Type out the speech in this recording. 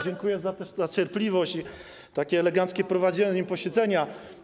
Dziękuję też za cierpliwość i takie eleganckie prowadzenie posiedzenia.